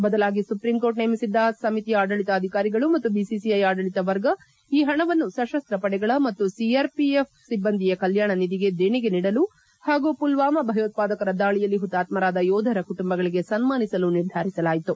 ಬದಲಾಗಿ supreme court ನೇಮಿಸಿದ್ದ ಸಮಿತಿಯ ಆಡಳಿತಾಧಿಕಾರಿಗಳು ಮತ್ತು ಬಿಸಿಸಿಐ ಆಡಳಿತ ವರ್ಗ ಈ ಪಣವನ್ನು ಸಶಸ್ತ್ರ ವಡೆಗಳ ಮತ್ತು ಸಿಆರ್ಪಿಎಫ್ ಸಿಬ್ಬಂದಿಯ ಕಲ್ಕಾಣ ನಿಧಿಗೆ ದೇಣಿಗೆ ನೀಡಲು ಹಾಗೂ ಮಲ್ವಾಮಾ ಭಯೋತ್ಪಾದಕರ ದಾಳಿಯಲ್ಲಿ ಹುತಾತ್ಮರಾದ ಯೋಧರ ಕುಟುಂಬಗಳಿಗೆ ಸನ್ಮಾನಿಸಲು ನಿರ್ಧರಿಸಲಾಯಿತು